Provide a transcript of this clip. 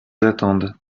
attendent